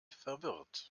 verwirrt